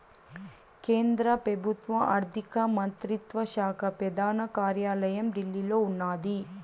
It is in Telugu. కేంద్ర పెబుత్వ ఆర్థిక మంత్రిత్వ శాక పెదాన కార్యాలయం ఢిల్లీలో ఉన్నాది